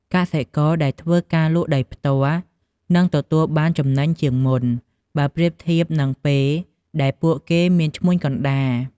កសិករដែលធ្វើការលក់ដោយផ្ទាល់នឹងទទួលបានចំណេញជាងមុន បើប្រៀបធៀបនឹងពេលដែលពួកគេមានឈ្មួញកណ្ដាល។